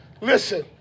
listen